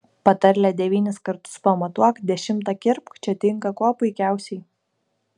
patarlė devynis kartus pamatuok dešimtą kirpk čia tinka kuo puikiausiai